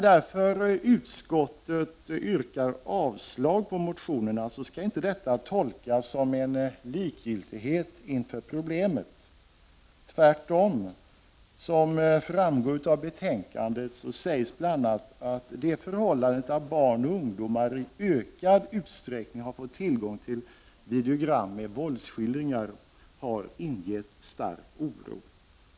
När utskottet yrkar avslag på motionerna skall detta inte tolkas som en likgiltighet inför problemet — tvärtom. Som framgår av betärkandet sägs det bl.a. att det förhållandet att barn och ungdomar i ökad utsträckning har fått tillgång till videogram med våldsskildringar har ingett stark oro.